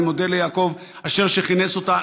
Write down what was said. אני מודה ליעקב אשר על שכינס אותה.